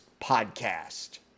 podcast